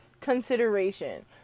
consideration